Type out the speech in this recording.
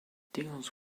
deals